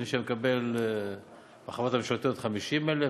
אז מי שמקבל בחברות הממשלתיות 50,000,